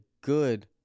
good